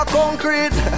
concrete